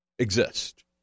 Exist